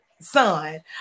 son